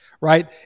right